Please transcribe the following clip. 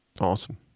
Awesome